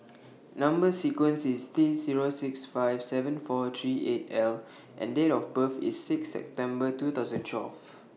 Number sequence IS T Zero six five seven four three eight L and Date of birth IS six September two thousand and twelve